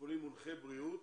שיקולים מונחי בריאות,